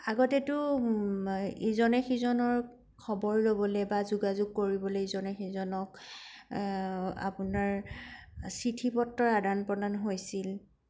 আগতেতো ইজনে সিজনক খবৰ ল'বলে বা যোগাযোগ কৰিবলে ইজনে সিজনক আপোনাৰ চিঠি পত্ৰৰ আদান প্ৰদান হৈছিল